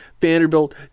Vanderbilt